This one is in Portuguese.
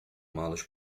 malas